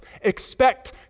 expect